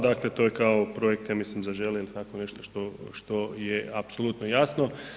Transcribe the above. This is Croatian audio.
Dakle to je kao projekt ja mislim Zaželi ili tako nešto što je apsolutno jasno.